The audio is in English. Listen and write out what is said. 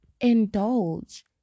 indulge